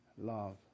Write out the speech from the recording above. love